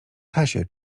czasie